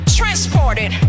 transported